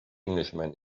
englishman